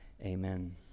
Amen